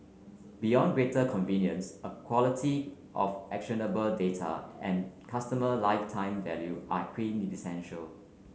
beyond greater convenience a quality of actionable data and customer lifetime value are quintessential